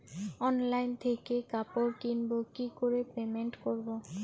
Online থেকে কাপড় কিনবো কি করে পেমেন্ট করবো?